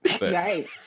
Right